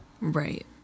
Right